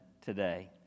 today